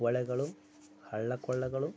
ಹೊಳೆಗಳು ಹಳ್ಳ ಕೊಳ್ಳಗಳು